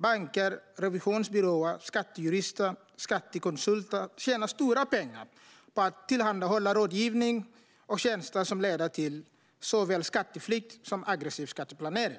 Banker, revisionsbyråer, skattejurister och skattekonsulter tjänar stora pengar på att tillhandahålla rådgivning och tjänster som leder till såväl skatteflykt som aggressiv skatteplanering.